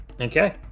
Okay